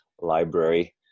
library